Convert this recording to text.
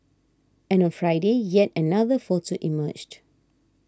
and on Friday yet another photo emerged